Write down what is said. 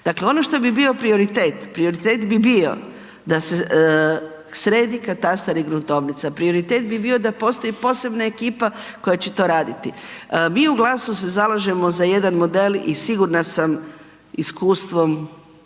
Dakle ono što bi bio prioritet, prioritet bi bio da se sredi katastar i gruntovnica, prioritet bi bio da postoji posebna ekipa koja će to raditi. Mi u GLAS-u se zalažemo za jedan model i sigurna sam iskustvom,